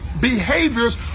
behaviors